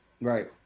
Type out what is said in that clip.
Right